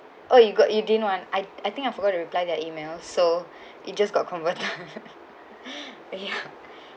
oh you got you didn't want I I think I forgot to reply that email so it just got convert ya